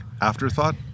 afterthought